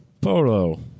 Polo